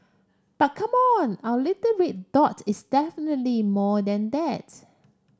but come on our little red dot is definitely more than that